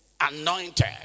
anointed